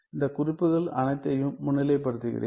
இந்த குறிப்புகள் அனைத்தையும் முன்னிலைப்படுத்துகிறேன்